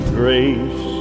grace